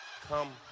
come